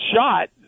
shot